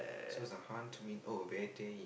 so it's a oh Vettai